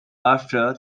after